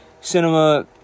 Cinema